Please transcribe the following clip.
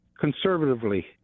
Conservatively